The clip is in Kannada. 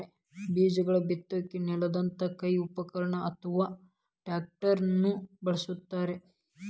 ಬೇಜಗಳನ್ನ ಬಿತ್ತಾಕ ನೇಗಿಲದಂತ ಕೈ ಉಪಕರಣ ಅತ್ವಾ ಟ್ರ್ಯಾಕ್ಟರ್ ನು ಬಳಸ್ತಾರ